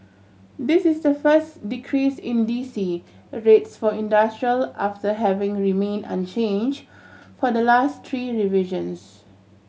this is the first decrease in D C a rates for industrial after having remain unchange for the last three revisions